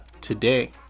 today